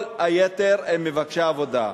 כל היתר הם מבקשי עבודה.